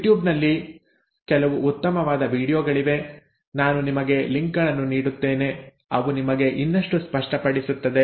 ಯೂಟ್ಯೂಬ್ನಲ್ಲಿ ಕೆಲವು ಉತ್ತಮವಾದ ವೀಡಿಯೊಗಳಿವೆ ನಾನು ನಿಮಗೆ ಲಿಂಕ್ಗಳನ್ನು ನೀಡುತ್ತೇನೆ ಅವು ನಿಮಗೆ ಇನ್ನಷ್ಟು ಸ್ಪಷ್ಟಪಡಿಸುತ್ತದೆ